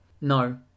No